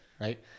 right